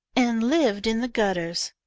and lived in the gutters.